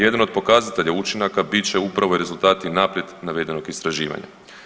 Jedan od pokazatelja učinaka bit će upravo i rezultati naprijed navedenog istraživanja.